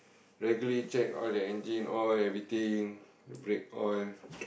regularly check all the engine all everything brake oil